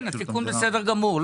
התיקון בסדר גמור,